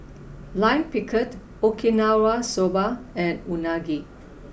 lime pickled Okinawa Soba and Unagi